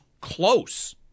close